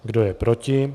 Kdo je proti?